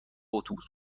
اتوبوس